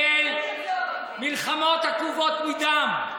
דוד המלך ניהל מלחמות עקובות מדם.